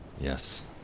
Yes